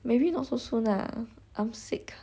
maybe not so soon ah I'm sick